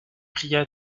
pria